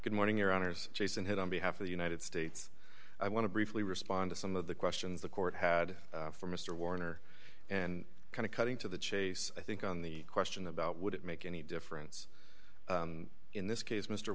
good morning your honors jason hit on behalf of the united states i want to briefly respond to some of the questions the court had for mr warner and kind of cutting to the chase i think on the question about would it make any difference in this case mr